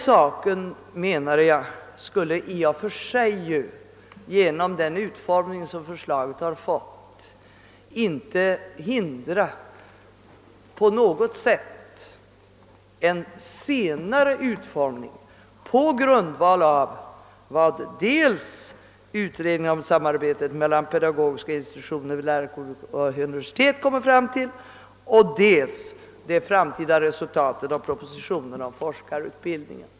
Till följd av den utformning som förslaget fått skulle ett genomförande därav inte hindra en senare utformning på grundval av dels resultatet av utredningen om samarbetet mellan pedagogiska institutioner vid lärarhögskolor och universitet, dels propositionen om forskarutbildningen.